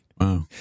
Wow